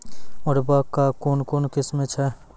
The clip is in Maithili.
उर्वरक कऽ कून कून किस्म छै?